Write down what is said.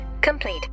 complete